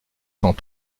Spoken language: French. cent